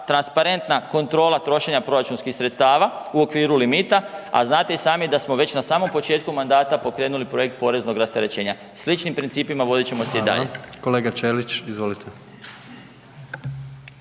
transparentna kontrola trošenja proračunskih sredstava u okviru limita, a znate i sami da smo već na samom početku mandata pokrenuli projekt poreznog rasterećenja. Sličnim principima vodit ćemo i dalje.